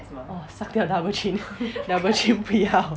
orh suck 掉 double chin double chin 不要